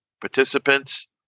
participants